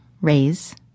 raise